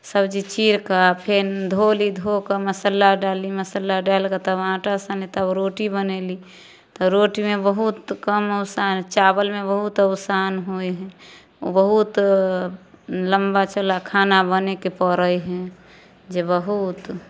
सब्जी चीर कऽ फेर धोली धो कऽ मसाला आओर डालली मसाला डालि कऽ तब आटा सानली तब रोटी बनेली तब रोटीमे बहुत कम चावलमे बहुत आसान होइ हइ बहुत लम्बा खाना बनऽ के पड़ै हय जे बहुत